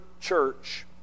church